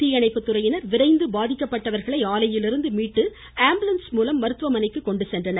தீயணைப்புத்துறையினர் விரைந்து பாதிக்கப்பட்டவர்களை ஆலையிலிருந்து மீட்டு ஆம்புலன்ஸ்மூலம் மருத்துவமனைக்கு கொண்டு சென்றனர்